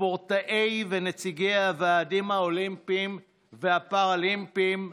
ספורטאים ונציגי הוועדים האולימפיים והפראלימפיים,